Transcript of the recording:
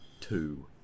two